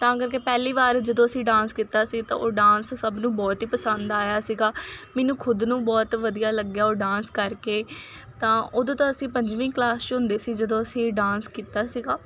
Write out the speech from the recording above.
ਤਾਂ ਕਰਕੇ ਪਹਿਲੀ ਵਾਰ ਜਦੋਂ ਅਸੀਂ ਡਾਂਸ ਕੀਤਾ ਸੀ ਤਾਂ ਉਹ ਡਾਂਸ ਸਭ ਨੂੰ ਬਹੁਤ ਹੀ ਪਸੰਦ ਆਇਆ ਸੀਗਾ ਮੈਨੂੰ ਖੁਦ ਨੂੰ ਬਹੁਤ ਵਧੀਆ ਲੱਗਿਆ ਉਹ ਡਾਂਸ ਕਰਕੇ ਤਾਂ ਉਦੋਂ ਤਾਂ ਅਸੀਂ ਪੰਜਵੀਂ ਕਲਾਸ 'ਚ ਹੁੰਦੇ ਸੀ ਜਦੋਂ ਅਸੀਂ ਡਾਂਸ ਕੀਤਾ ਸੀਗਾ